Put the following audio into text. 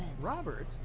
Robert